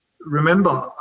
remember